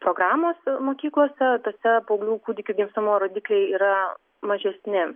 programos mokyklose tose paauglių kūdikių gimstamumo rodikliai yra mažesni